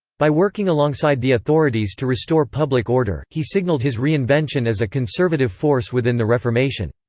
by working alongside the authorities to restore public order, he signalled his reinvention as a conservative force within the reformation.